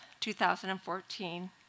2014